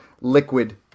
liquid